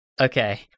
Okay